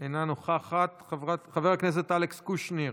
אינה נוכחת, חבר הכנסת אלכס קושניר,